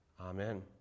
Amen